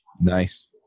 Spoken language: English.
Nice